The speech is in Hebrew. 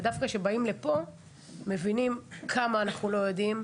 אבל דווקא כשבאים לפה מבינים עד כמה אנחנו לא יודעים,